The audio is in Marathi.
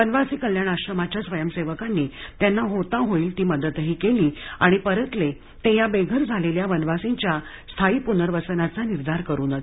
वनवासी कल्याण आश्रमाच्या स्वयंसेवकांनी त्यांना होता होईल ती मदतही केली आणि परतले ते या बेघर झालेल्या वनवासींच्या स्थायी पुनर्वसनाचा निर्धार करूनच